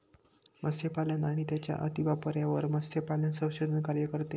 मत्स्यपालन आणि त्यांचा अतिवापर यावर मत्स्यपालन संशोधन कार्य करते